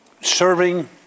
serving